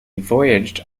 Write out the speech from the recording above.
voyaged